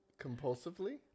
Compulsively